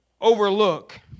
overlook